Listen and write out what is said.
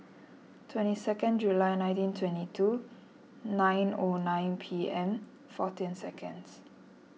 twenty six July nineteen twenty two nine O nine P M fourteen seconds